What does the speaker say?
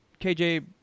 KJ